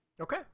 Okay